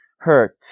Hurt